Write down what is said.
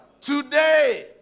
Today